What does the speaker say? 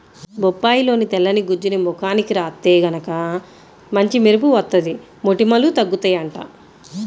బొప్పాయిలోని తెల్లని గుజ్జుని ముఖానికి రాత్తే గనక మంచి మెరుపు వత్తది, మొటిమలూ తగ్గుతయ్యంట